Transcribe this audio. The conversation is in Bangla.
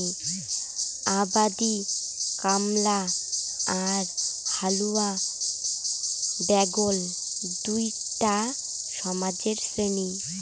আবাদি কামলা আর হালুয়া ব্যাগল দুইটা সমাজের শ্রেণী